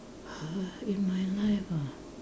!huh! in my life ah